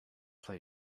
play